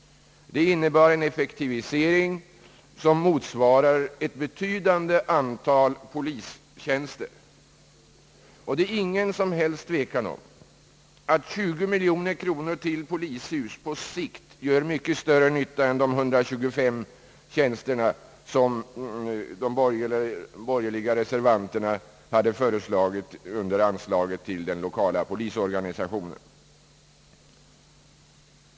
Det innebär en effektivisering som motsvarar ett betydande antal polistjänster. Det råder ingen som helst tvekan om att 20 miljoner kronor till polishus på sikt gör mycket större nytta än de 1235 tjänster som de borgerliga reservanterna hade föreslagit under anslaget till den lokala polisorganisationen.